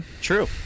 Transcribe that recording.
True